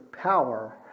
power